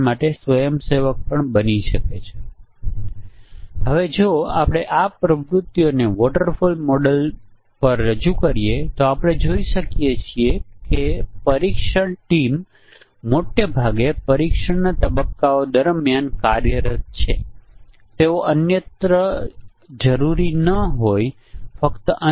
અને યાદ રાખો કે આપણે જાતે જ પરીક્ષણના કેસોને પેદા કરવાનો પ્રયાસ કરી રહ્યા છીએ અને પરીક્ષણના કેસની મહત્તમ સંખ્યા આપી નથી અને આપણે જાતે જ તપાસવું પડશે